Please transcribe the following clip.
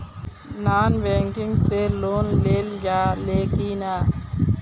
Non banking से loan लेल जा ले कि ना?